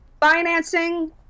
financing